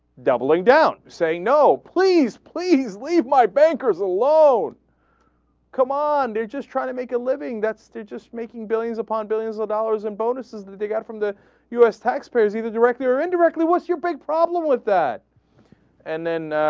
doubling down say no please please leave my bankers alone come on their just try and make a living that status making billions upon billions of dollars in bonuses the data from that u s tax payers either directly or indirectly what's your brain problem with that and then ah.